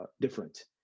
different